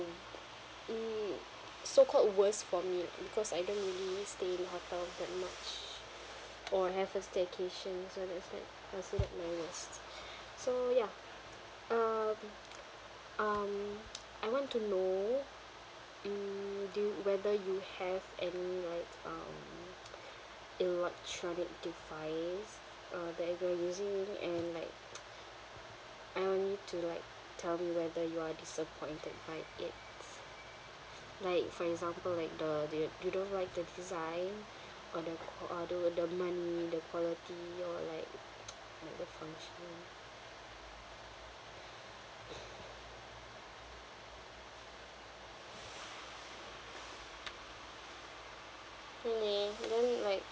mm so called worst for me lah because I don't really stay in hotel that much or have a staycation so that's what oh so that my worst so ya um um I want to know mm do you whether you have any like um electronic device uh that you're using and like I want you to like tell me whether you are disappointed by its like for example like the do you you don't like the design or the qua~ uh the the money the quality or like like the function you mean then like